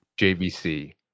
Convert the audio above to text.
JVC